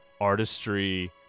artistry